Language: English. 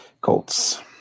Colts